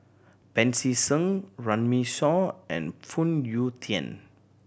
Pancy Seng Runme Shaw and Phoon Yew Tien